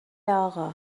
اقا